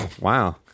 wow